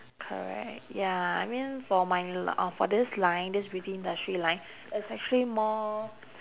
correct ya I mean for my uh for this line this beauty industry line there's actually more